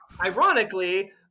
Ironically